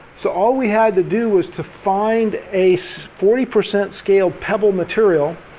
so all we had to do was to find a so forty percent scale pebble material